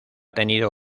tenido